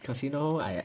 cause you know